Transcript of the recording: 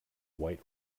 white